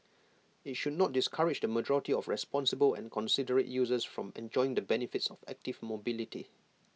IT should not discourage the majority of responsible and considerate users from enjoying the benefits of active mobility